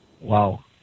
Wow